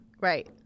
Right